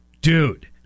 Dude